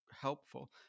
helpful